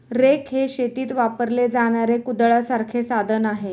rake हे शेतीत वापरले जाणारे कुदळासारखे साधन आहे